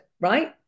right